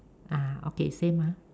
ah okay same ah